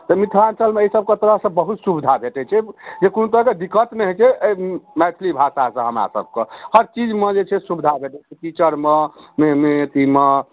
तऽ मिथिलाञ्चलमे एहि सभकऽ तरहसँ बहुत सुबिधा भेटैत छै जे कोनो तरहके दिक्कत नहि होइत छै एहि मैथिली भाषासँ हमरा सभकऽ हर चीजमे जे छै सुबिधा भेटैत छै टीचरमे मे मे अथीमे